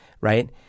right